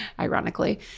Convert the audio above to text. ironically